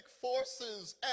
forces